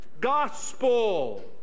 gospel